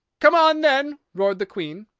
come on, then! roared the queen,